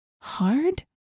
hard